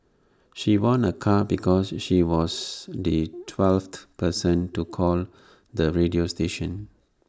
she won A car because she was the twelfth person to call the radio station